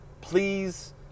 Please